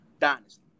dynasty